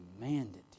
demanded